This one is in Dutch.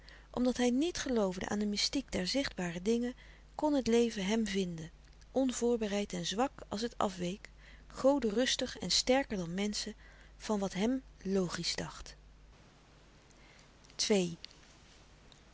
omdat hij niet geloofde aan de mystiek der zichtbare dingen kon het leven hem vinden onvoorbereid en zwak als het afweek godenrustig en sterker dan menschen van wat hèm logisch dacht